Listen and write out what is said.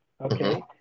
Okay